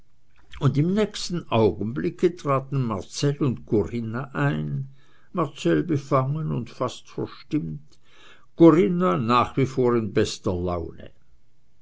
und im nächsten augenblicke traten marcell und corinna ein marcell befangen und fast verstimmt corinna nach wie vor in bester laune